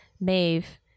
Maeve